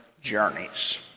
journeys